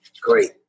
great